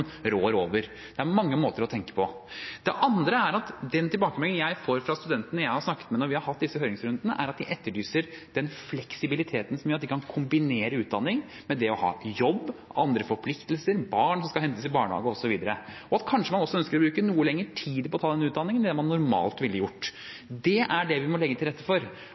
rår over. Det er mange måter å tenke på. Det andre er at den tilbakemeldingen jeg får fra studentene jeg har snakket med når vi har hatt disse høringsrundene, er at de etterlyser den fleksibiliteten som gjør at de kan kombinere utdanning med det å ha jobb og andre forpliktelser, f.eks. barn som skal hentes i barnehage, osv., og at man kanskje også ønsker å bruke noe lengre tid på å ta denne utdanningen enn det man normalt ville gjort. Det er det vi må legge til rette for.